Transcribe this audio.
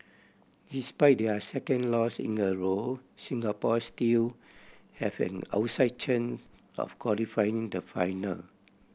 despite their second loss in a row Singapore still have an outside chance of qualifying the final